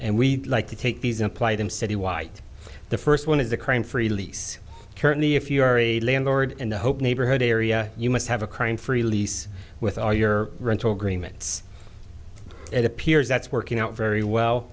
and we'd like to take these apply them city white the first one is the crime free lease currently if you are a landlord and hope neighborhood area you must have a crime free lease with all your rental agreements it appears that's working out very well